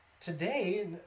Today